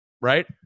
right